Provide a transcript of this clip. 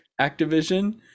Activision